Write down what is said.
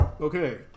Okay